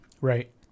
Right